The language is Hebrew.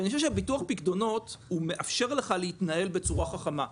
אני חושב שביטוח הפקדונות מאפשר לך להתנהל בצורה חכמה,